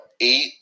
eight